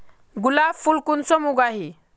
गुलाब फुल कुंसम उगाही?